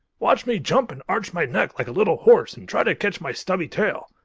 watch me jump and arch my neck like a little horse and try to catch my stubby tail.